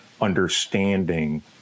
understanding